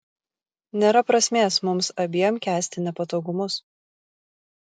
nėra prasmės mums abiem kęsti nepatogumus